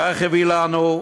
כך הביא לנו: